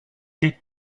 did